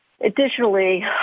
Additionally